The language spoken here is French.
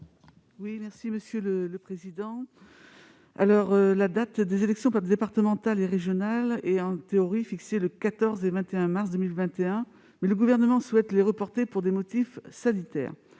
à Mme Jocelyne Guidez. La date des élections départementales et régionales est, en théorie, fixée aux 14 et 21 mars 2021, mais le Gouvernement souhaite les reporter pour des motifs sanitaires.